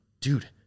dude